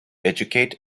educate